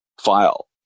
file